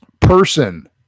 person